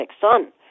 son